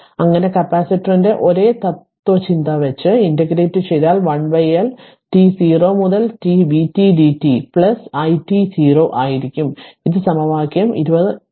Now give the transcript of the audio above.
അങ്ങനെ കപ്പാസിറ്റർ ന്റെ ഒരേ തത്ത്വചിന്ത വച്ച് ഇന്റഗ്രേറ്റ് ചെയ്താൽ 1L t 0 മുതൽ t vt dt i t 0 ആയിരിക്കും അത് സമവാക്യം 20 3